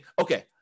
okay